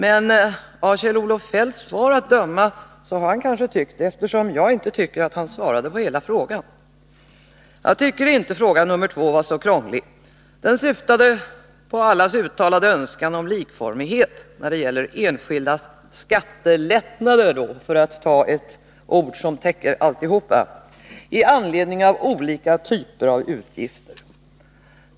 Men av Kjell-Olof Feldts svar att döma har han kanske tyckt annorlunda, eftersom han enligt min mening inte har svarat på frågan i dess helhet. Jag tycker inte att den andra frågan är så krånglig. Den syftar på allas uttalade önskan om likformighet när det gäller enskildas skattelättnader — för att använda ett heltäckande ord — i anledning av olika typer av utgifter.